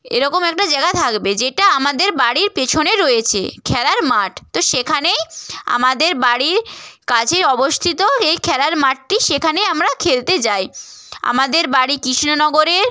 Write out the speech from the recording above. এরকম একটা জায়গা থাকবে যেটা আমাদের বাড়ির পেছনে রয়েছে খেলার মাঠ তো সেখানেই আমাদের বাড়ির কাছেই অবস্থিত এই খেলার মাঠটি সেখানে আমরা খেলতে যাই আমাদের বাড়ি কৃষ্ণনগরে